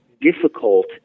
difficult